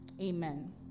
Amen